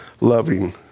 loving